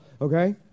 Okay